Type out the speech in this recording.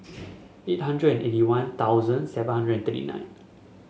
eight hundred eighty One Thousand seven hundred thirty nine